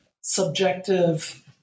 subjective